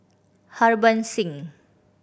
Harbans Singh